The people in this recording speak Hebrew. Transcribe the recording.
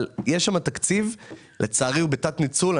אבל יש שם תקציב שהוא, לצערי, בתת-ניצול.